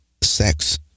sex